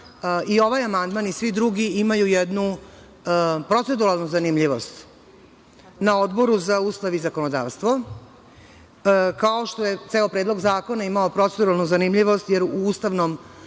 i ovaj amandman isvi drugi imaju jednu proceduralnu zanimljivost. Na Odboru za ustavna pitanja i zakonodavstvo, kao što je ceo predlog zakona imao proceduralnu zanimljivost jer u ustavnom